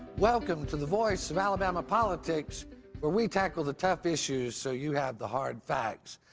welcome to the voice of alabama politics where we tackle the tough issues, so you have the hard facts.